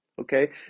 Okay